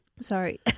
sorry